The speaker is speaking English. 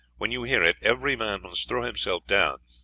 when you hear it, every man must throw himself down,